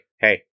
hey